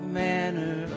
manner